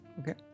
okay